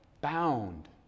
bound